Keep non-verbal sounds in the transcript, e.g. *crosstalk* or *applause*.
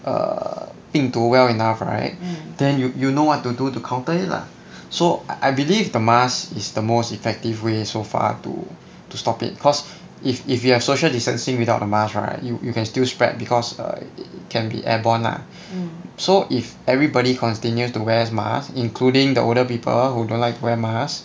err 病毒 well enough right *breath* then you you know what to do to counter it lah *breath* so I believe the mask is the most effective way so far to to stop it cause if if you have social distancing without a mask right you you can still spread because err it can be airborne lah *breath* so if everybody continue to wear mask including the older people who don't like to wear mask